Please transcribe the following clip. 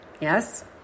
yes